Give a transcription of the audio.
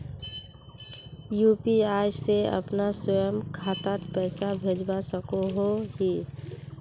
UPI से अपना स्वयं खातात पैसा भेजवा सकोहो ही?